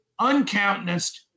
uncountenanced